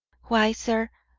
why, sir,